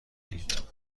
دید